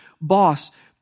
boss